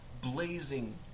blazing